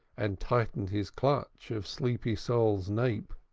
and tightened his clutch of sleepy sol's nape.